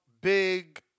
big